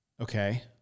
Okay